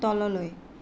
তললৈ